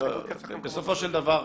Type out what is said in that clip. --- בסופו של דבר,